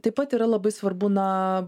taip pat yra labai svarbu na